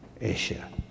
Asia